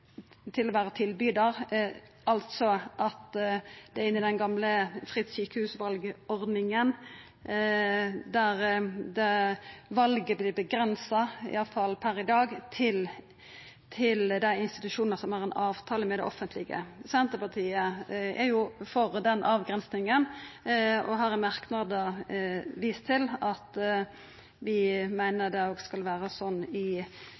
når det gjeld tilbydar, altså at det er inne i den gamle fritt sjukehusvalordninga, der valet vert avgrensa, iallfall per i dag, til dei institusjonane som har ein avtale med det offentlege. Senterpartiet er for den avgrensinga og har i merknad vist til at vi meiner det òg skal vera sånn i